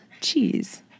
Cheese